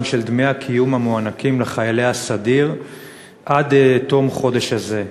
של דמי הקיום המוענקים לחיילי הסדיר עד לתום החודש הזה.